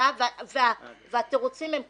בין 40 60 דקות והתירוצים הם אלה: